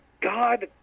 God